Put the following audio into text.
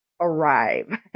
arrive